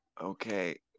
Okay